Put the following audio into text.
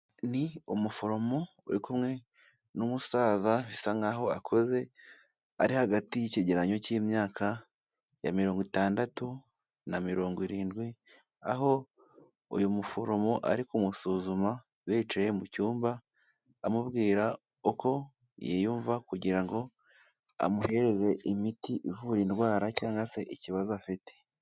Ni umuforomo uri kumwe n'umusaza bisa nk'aho akuze, ari hagati y'icyegeranyo cy'imyaka ya mirongo itandatu na mirongo irindwi, aho uyu muforomo ari kumusuzuma bicaye mu cyumba, amubwira uko yiyumva kugira ngo amuhereze imiti ivura indwara cyangwa se ikibazo afite.